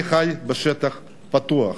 אני חי בשטח פתוח.